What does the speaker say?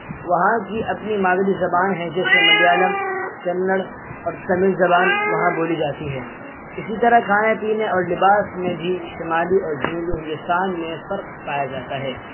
وہاں کی اپنی مادری زبان ہے جیسے ملیالم کنڑ اور تمل زبان وہاں بولی جاتی ہے اسی طرح کھانے پینے اور لباس میں بھی شمالی اور جنوبی ہندوستان میں فرق پایا جاتا ہے